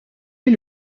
est